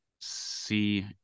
see